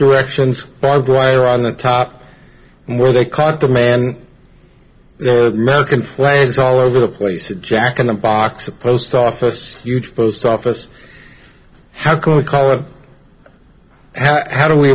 directions barbed wire on the top where they caught the man american flags all over the place and jack in the box a post office huge post office how can we call a how do we